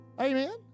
Amen